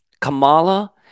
Kamala